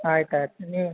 ಆಯ್ತು ಆಯ್ತು ನೀವು